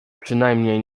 przynajmniej